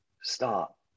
stop